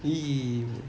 !ee! !whoa!